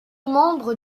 membre